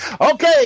Okay